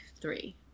three